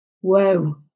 Whoa